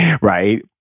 right